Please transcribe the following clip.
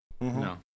No